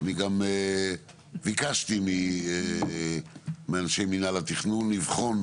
אני גם ביקשתי מאנשי מינהל התכנון לבחון